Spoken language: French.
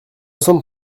sommes